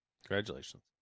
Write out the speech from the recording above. Congratulations